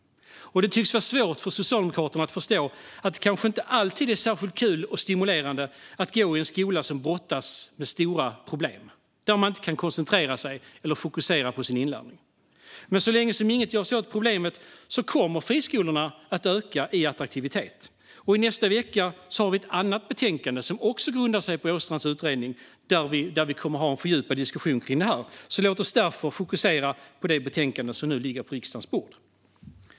Det tycks vara svårt för Socialdemokraterna att förstå att det kanske inte alltid är särskilt kul och stimulerande att gå i en skola som brottas med stora problem, där man inte kan koncentrera sig eller fokusera på sin inlärning. Men så länge inget görs åt problemet kommer friskolorna att öka i attraktivitet. I nästa vecka kommer behandlar vi ett annat betänkande, som också grundar sig på Åstrands utredning, och då kommer vi att ha en fördjupad diskussion om detta. Låt oss därför fokusera på det betänkande som nu ligger på riksdagens bord.